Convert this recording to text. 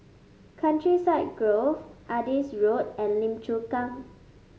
Countryside Grove Adis Road and Lim Chu Kang